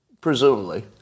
presumably